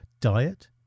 diet